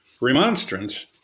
Remonstrance